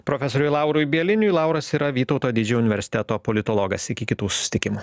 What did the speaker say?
profesoriui laurui bieliniui lauras yra vytauto didžiojo universiteto politologas iki kitų susitikimų